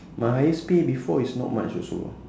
my highest pay before is not much also